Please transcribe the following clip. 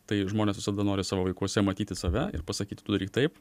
tai žmonės visada nori savo vaikuose matyti save ir pasakyt tu daryk taip